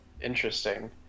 Interesting